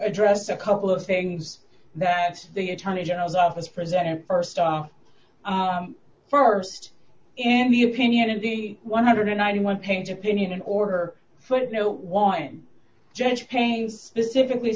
address a couple of things that the attorney general's office presented st off first in the opinion of the one hundred and ninety one page opinion in order for it no want him just pain specifically